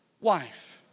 wife